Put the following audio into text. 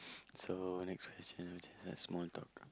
so next question is just a small talk